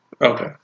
Okay